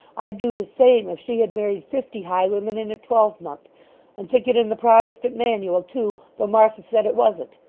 i'd do the same if she had married fifty highwaymen in a twelvemonth and think it in the protestant manual too, though martha said it wasn't,